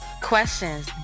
Questions